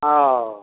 हँ